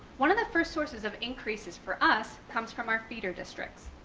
one of the first sources of increases for us, comes from our feeder districts.